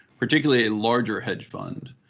particularly a larger hedge fund,